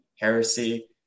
Heresy